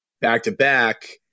back-to-back